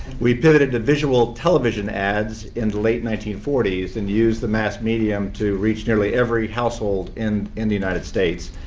we pivoted to visual television ads in the late nineteen forty s and used the mass medium to reach nearly every household in in the united states.